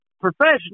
professional